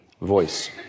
voice